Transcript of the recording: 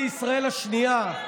לישראל השנייה.